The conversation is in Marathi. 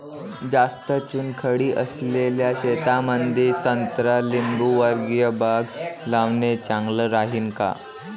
जास्त चुनखडी असलेल्या शेतामंदी संत्रा लिंबूवर्गीय बाग लावणे चांगलं राहिन का?